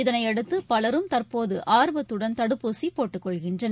இதனையடுத்து பலரும் தற்போது ஆர்வத்துடன் தடுப்பூசி போட்டுக்கொள்கின்றனர்